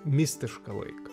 mistišką laiką